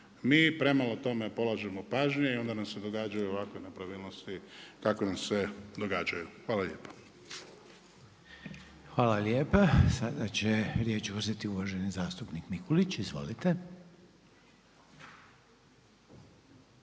Mi premalo tome polažemo pažnje i onda nam se događaju ovakve nepravilnosti kakve nam se događaju. Hvala lijepo. **Reiner, Željko (HDZ)** Hvala lijepa. Sada će riječ uzeti uvaženi zastupnik Mikulić. Izvolite.